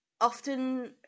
often